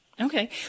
Okay